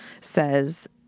says